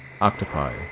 octopi